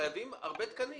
חייבים הרבה תקנים.